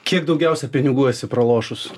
kiek daugiausiai pinigų esi pralošus